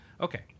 Okay